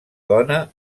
dona